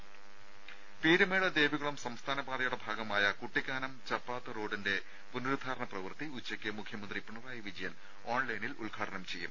രേര പീരുമേട് ദേവികുളം സംസ്ഥാന പാതയുടെ ഭാഗമായ കുട്ടിക്കാനം ചപ്പാത്ത് റോഡിന്റെ പുനരുദ്ധാരണ പ്രവൃത്തി ഉച്ചയ്ക്ക് മുഖ്യമന്ത്രി പിണറായി വിജയൻ ഓൺലൈനിൽ ഉദ്ഘാടനം ചെയ്യും